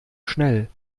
schnell